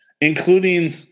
including